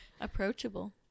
Approachable